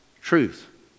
truth